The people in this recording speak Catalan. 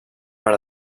per